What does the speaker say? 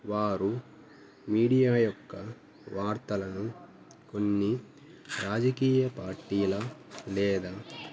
వారు మీడియా యొక్క వార్తలను కొన్ని రాజకీయ పార్టీల లేదా